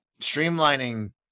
streamlining